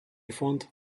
fond